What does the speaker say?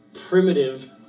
primitive